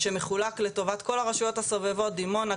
שמחולק לטובת כל הרשויות הסובבות: דימונה,